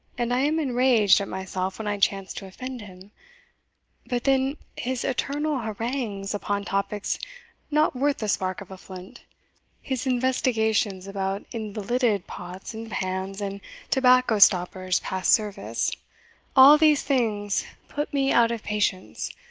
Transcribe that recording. and i am enraged at myself when i chance to offend him but then his eternal harangues upon topics not worth the spark of a flint his investigations about invalided pots and pans and tobacco-stoppers past service all these things put me out of patience.